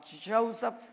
Joseph